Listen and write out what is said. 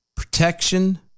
Protection